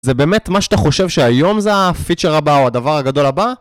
זה באמת מה שאתה חושב שהיום זה הפיצ'ר הבא או הדבר הגדול הבא?